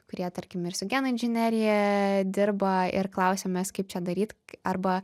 kurie tarkim ir su genų inžinerija dirba ir klausėm mes kaip čia daryt arba